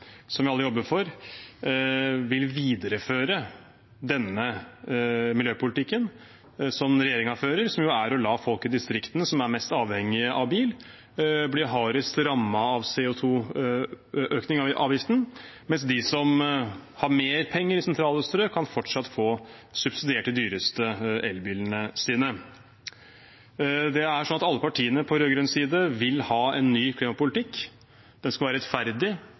som vi alle jobber for, vil videreføre den miljøpolitikken som regjeringen fører, som er å la folk i distriktene som er mest avhengig av bil, bli hardest rammet av en økning i CO 2 -avgiften, mens de som har mer penger i sentrale strøk, fortsatt kan få subsidiert de dyreste elbilene. Alle partiene på rød-grønn side vil ha en ny klimapolitikk. Den skal være rettferdig.